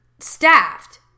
Staffed